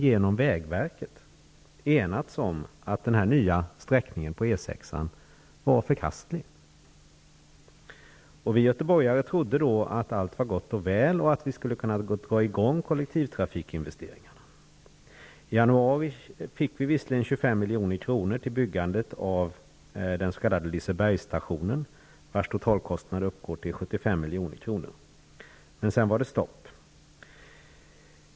Det gäller de inblandade kommunerna och också staten genom vägverket. Vi göteborgare trodde då att allt var gott och väl och att vi skulle kunna dra i gång kollektivtrafikinvesteringarna. I januari fick vi visserligen 25 milj.kr. till byggandet av den s.k. 75 milj.kr. Men sedan var det stopp.